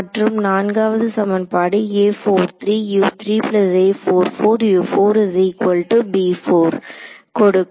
மற்றும் நான்காவது சமன்பாடு கொடுக்கும்